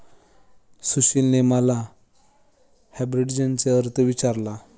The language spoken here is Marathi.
सुशीलने मला आर्बिट्रेजचा अर्थ विचारला